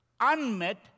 Unmet